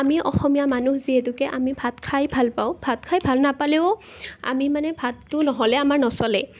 আমি অসমীয়া মানুহ যিহেতুকে আমি ভাত খাই ভাল পাওঁ ভাত খাই ভাল নাপালেও আমি মানে ভাতটো নহ'লে আমাৰ নচলে